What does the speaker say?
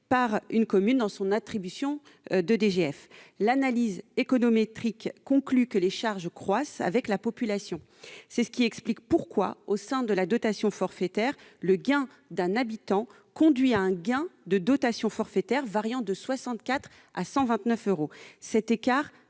par une commune dans son attribution de DGF. L'analyse économétrique conclut que les charges croissent avec la population. C'est ce qui explique pourquoi, au sein de la dotation forfaitaire, le gain d'un habitant conduit à un gain de dotation forfaitaire variant de 64 euros à 129 euros. Cet écart